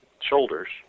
shoulders